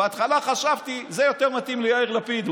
בהתחלה חשבתי שזה יותר מתאים ליאיר לפיד,